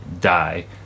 die